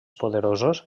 poderosos